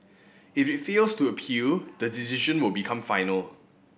if it fails to appeal the decision will become final